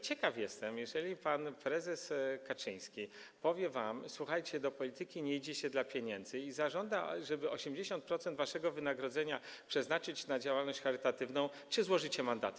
Ciekaw jestem, jeżeli pan prezes Kaczyński powie wam: słuchajcie, do polityki nie idziecie dla pieniędzy, jeżeli zażąda, żeby 80% waszego wynagrodzenia przeznaczyć na działalność charytatywną, czy złożycie wtedy mandaty.